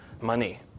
money